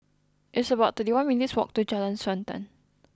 it's about thirty one minutes' walk to Jalan Srantan